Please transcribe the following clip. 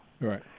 Right